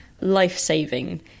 life-saving